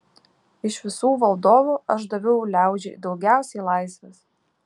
iš visų valdovų aš daviau liaudžiai daugiausiai laisvės